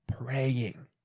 praying